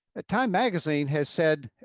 a time magazine has said,